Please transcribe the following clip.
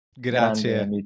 Grazie